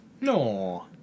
No